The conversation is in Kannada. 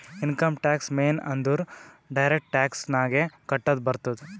ಇನ್ಕಮ್ ಟ್ಯಾಕ್ಸ್ ಮೇನ್ ಅಂದುರ್ ಡೈರೆಕ್ಟ್ ಟ್ಯಾಕ್ಸ್ ನಾಗೆ ಕಟ್ಟದ್ ಬರ್ತುದ್